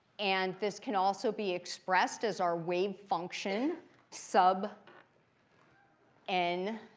and this can also be expressed as our wave function sub and